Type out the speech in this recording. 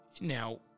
now